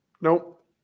Nope